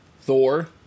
Thor